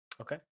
Okay